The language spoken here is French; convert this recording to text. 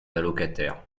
allocataires